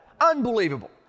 Unbelievable